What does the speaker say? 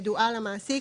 ידועה למעסיק,